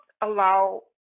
allow